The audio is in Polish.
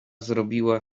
zrobiła